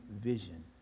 vision